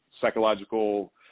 psychological